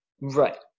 Right